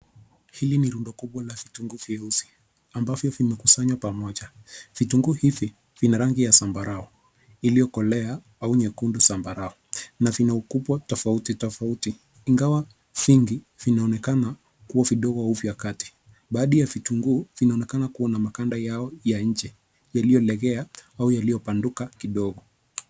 Hili ni rundo kubwa ya vitunguu vyeusi ambavyo vimekusanywa pamoja. Vitunguu hivi vina rangi ya zambarau iliyokolea au nyekundu zambarau na vina ukubwa tofauti tofauti ingawa vingi vinaonekana kuwa vidogo au vya kati. Baadhi ya vitunguu vinaonekana kuwa na maganda yao ya nje yaliyolegea au yaliyopanuka kidogo.